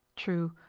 true,